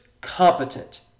competent